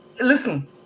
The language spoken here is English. listen